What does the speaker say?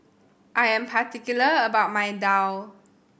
I am particular about my Daal